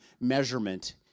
measurement